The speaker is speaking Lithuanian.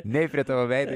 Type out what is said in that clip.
nei prie tavo veido